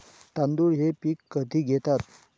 तांदूळ हे पीक कधी घेतात?